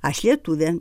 aš lietuvė